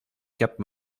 cap